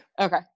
Okay